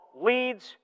leads